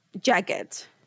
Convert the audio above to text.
jacket